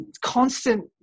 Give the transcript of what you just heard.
constant